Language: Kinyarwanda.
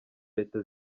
leta